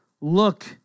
look